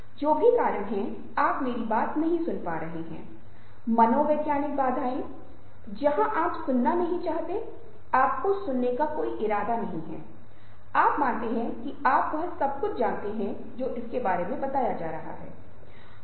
इसलिए जब मैं इन संचार शैलियों की व्याख्या करने जा रहा हूं तो प्रत्येक संचार शैली को कुछ कमजोरियां कुछ ताकतें मिली हैं जिनका मैं भी उल्लेख करना चाहूंगा